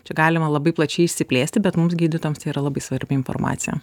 čia galima labai plačiai išsiplėsti bet mums gydytojams tai yra labai svarbi informacija